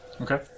Okay